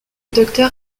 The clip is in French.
docteur